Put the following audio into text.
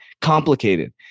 complicated